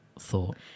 thought